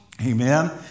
Amen